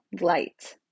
light